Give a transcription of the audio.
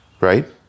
right